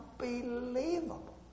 unbelievable